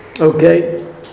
Okay